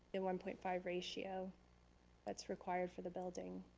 the one point five ratio that's required for the building,